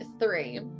three